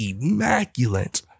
immaculate